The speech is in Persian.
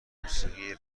موسیقی